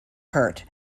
hurt